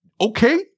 Okay